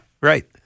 right